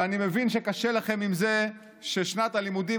ואני מבין שקשה לכם עם זה ששנת הלימודים